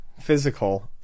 physical